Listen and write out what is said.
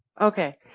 Okay